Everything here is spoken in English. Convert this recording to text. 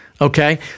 Okay